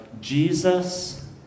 Jesus